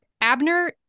Abner